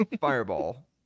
Fireball